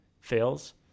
fails